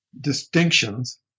Distinctions